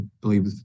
believe